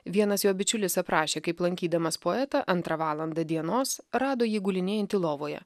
vienas jo bičiulis aprašė kaip lankydamas poetą antrą valandą dienos rado jį gulinėjantį lovoje